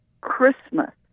Christmas